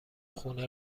خونه